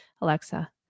alexa